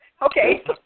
Okay